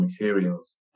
materials